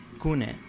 kune